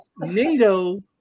NATO